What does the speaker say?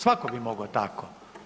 Svako bi mogao tako.